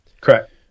Correct